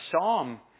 psalm